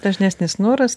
dažnesnis noras